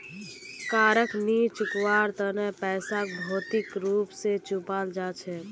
कारक नी चुकवार तना पैसाक भौतिक रूप स चुपाल जा छेक